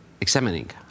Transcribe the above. examining